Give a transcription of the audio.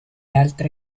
altre